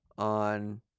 on